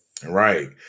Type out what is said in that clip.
Right